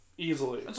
Easily